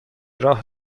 راه